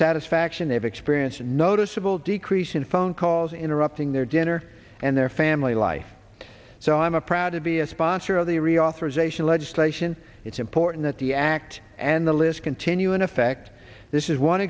satisfaction they have experience noticeable decrease in phone calls interrupting their dinner and their family life so i'm a proud to be a sponsor of the reauthorization legislation it's important that the act and the list continue in effect this is one